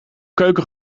keuken